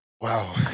Wow